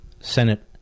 Senate